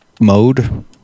mode